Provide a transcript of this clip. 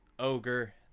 ogre